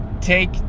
take